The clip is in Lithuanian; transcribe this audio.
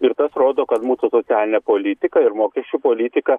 ir tas rodo kad mūsų socialinė politika ir mokesčių politika